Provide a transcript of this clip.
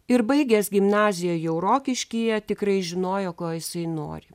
ir baigęs gimnaziją jau rokiškyje tikrai žinojo ko jisai nori